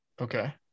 okay